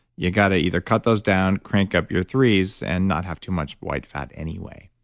you've got to either cut those down, crank up your threes, and not have too much white fat anyway.